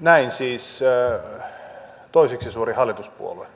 näin siis toiseksi suurin hallituspuolue